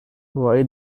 why